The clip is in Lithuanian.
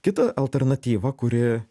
kita alternatyva kuri